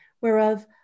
whereof